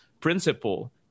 principle